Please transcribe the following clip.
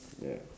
ya